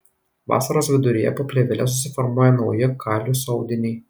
vasaros viduryje po plėvele susiformuoja nauji kaliuso audiniai